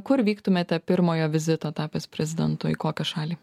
kur vyktumėte pirmojo vizito tapęs prezidentu į kokią šalį